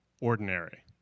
ordinary